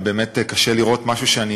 ובאמת קשה לראות משהו שאני